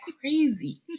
crazy